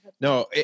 no